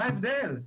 מה ההבדל?